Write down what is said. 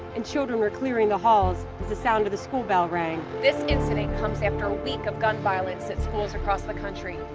and children were clearing the halls as the sound of the school bell rang. this incident comes after a week of gun violence at schools across the country,